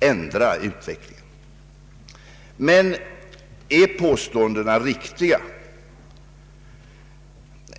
ändra utvecklingen. Men är påståendena riktiga?